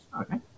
Okay